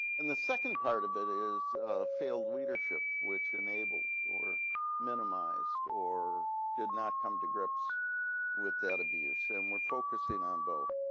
and the second part of it is failed leadership which enabled or minimized or did not come to grips with that abuse and we're focusing on both.